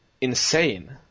insane